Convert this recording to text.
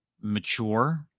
mature